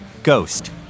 Ghost